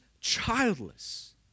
childless